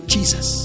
Jesus